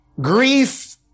grief